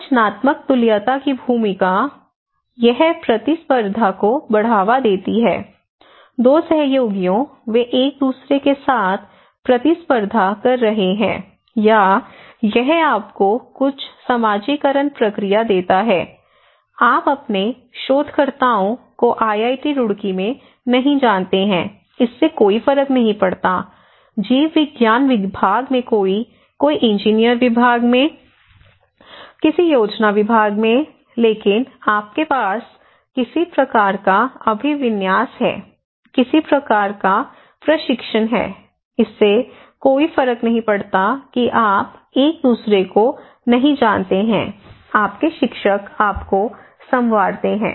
संरचनात्मक तुल्यता की भूमिका यह प्रतिस्पर्धा को बढ़ावा देती है 2 सहयोगियों वे एक दूसरे के साथ प्रतिस्पर्धा कर रहे हैं या यह आपको कुछ समाजीकरण प्रक्रिया देता है आप अपने शोधकर्ताओं को आईआईटी रुड़की में नहीं जानते हैं इससे कोई फर्क नहीं पड़ता जीव विज्ञान विभाग में कोई कोई इंजीनियरिंग विभाग किसी योजना विभाग में लेकिन आपके पास किसी प्रकार का अभिविन्यास है किसी प्रकार का प्रशिक्षण है इससे कोई फर्क नहीं पड़ता कि आप एक दूसरे को नहीं जानते हैं आपके शिक्षक आपको संवारते हैं